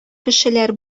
кешеләр